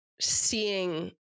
seeing